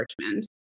Richmond